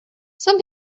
some